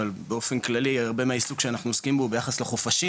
אבל באופן כללי הרבה מהעיסוק שאנחנו עוסקים בו ביחס לחופשים